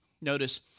Notice